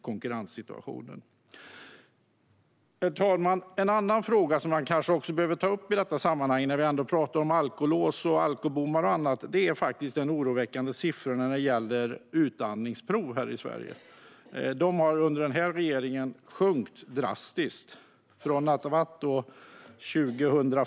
Herr talman! En annan fråga som man kanske också behöver ta upp i detta sammanhang, när vi ändå talar om alkolås, alkobommar och annat, är de oroväckande siffrorna när det gäller antalet utandningsprov här i Sverige. De har sjunkit drastiskt under den här regeringen.